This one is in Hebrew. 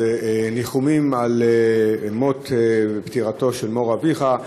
אז ניחומים על פטירתו של אביך.